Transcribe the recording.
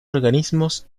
organismos